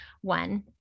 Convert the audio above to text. One